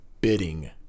bidding